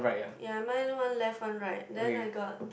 ya mine one left one right then I got